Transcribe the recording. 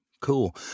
Cool